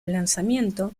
lanzamiento